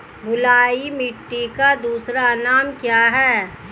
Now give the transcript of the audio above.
बलुई मिट्टी का दूसरा नाम क्या है?